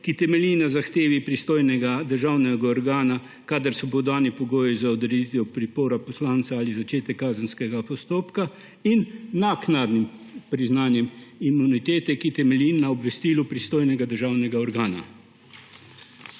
ki temelji na zahtevi pristojnega državnega organa, kadar so podani pogoji za odreditev pripora poslanca ali začetek kazenskega postopka, in naknadnim priznanjem imunitete, ki temelji na obvestilu pristojnega državnega organa.